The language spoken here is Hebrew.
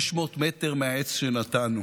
600 מטר מהעץ שנטענו,